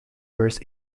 travers